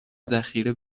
ذخیره